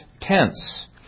tense